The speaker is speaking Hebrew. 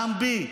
גם בי,